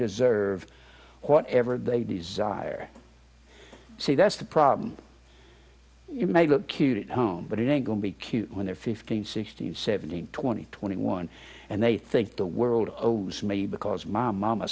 deserve whatever they desire see that's the problem you may look cute at home but angle be cute when they're fifteen sixteen seventeen twenty twenty one and they think the world owes me because my momma